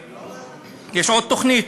יש עוד תוכנית,